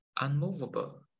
unmovable